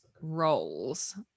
roles